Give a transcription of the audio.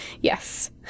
Yes